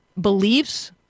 beliefs